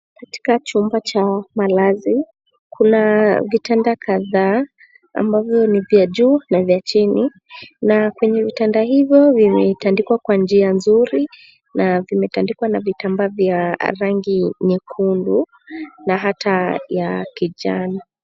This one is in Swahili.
Katika chumba cha malazi, kuna vitanda kadhaa ambavyo ni vya juu na vya chini. Na kwenye vitanda hivyo vimetandikwa kwa njia nzuri na vimetandikwa na vitambaa vya rangi nyekundu na hata ya kijani.